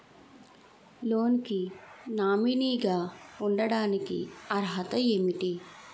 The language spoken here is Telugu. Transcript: లోన్ కి నామినీ గా ఉండటానికి అర్హత ఏమిటి?